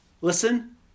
Listen